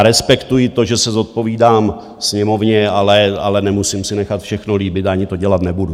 Respektuji to, že se zodpovídám Sněmovně, ale nemusím si nechat všechno líbit, ani to dělat nebudu.